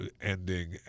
ending